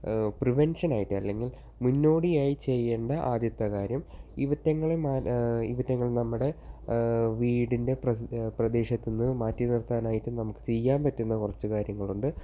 പ്രിവൻഷനായിട്ട് അല്ലെങ്കിൽ മുന്നോടിയായി ചെയ്യേണ്ട ആദ്യത്തെ കാര്യം ഇവറ്റങ്ങളും നമ്മുടെ വീടിൻ്റെ പ്രദി പ്രദേശത്തുനിന്നു മാറ്റിനിർത്താൻ ആയിട്ട് നമുക്ക് ചെയ്യാൻ പറ്റുന്ന കുറച്ചു കാര്യങ്ങളുണ്ട്